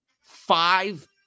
five